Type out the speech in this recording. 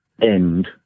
end